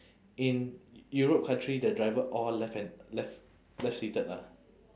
in europe country the driver all left hand left left seated ah